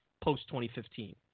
post-2015